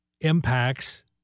impacts